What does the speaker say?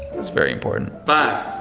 it's very important. five,